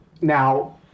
Now